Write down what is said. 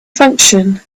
function